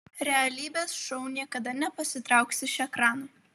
realybės šou niekada nepasitrauks iš ekranų